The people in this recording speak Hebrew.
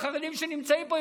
החרדים שנמצאים פה,